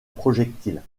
projectile